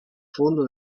fondo